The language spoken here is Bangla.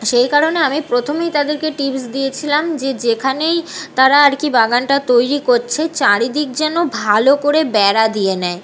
সেই কারণে আমি প্রথমেই তাদেরকে টিপস দিয়েছিলাম যে যেখানেই তারা আর কি বাগানটা তৈরি করছে চারিদিক যেন ভালো করে বেড়া দিয়ে নেয়